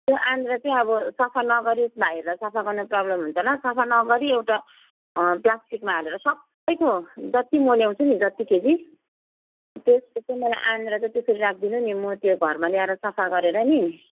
त्यो आन्द्रा चाहिँ अब सफा नगरी भाइहरूलाई सफा गर्न प्रब्लम हुन्छ होला सफा नगरी एउटा प्लासटिकमा हालेर सबैको जति म ल्याउँछु नि जति केजी त्यतिकै मलाई आन्द्रा चाहिँ त्यसरी राखिदिनु नि म त्यो घरमा ल्याएर सफा गरेर नि